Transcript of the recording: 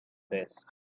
this